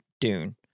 Dune